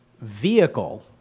vehicle